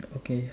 okay